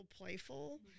playful